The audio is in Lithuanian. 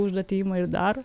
užduotį ima ir daro